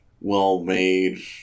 well-made